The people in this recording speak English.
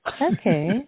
Okay